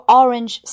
orange